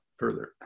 further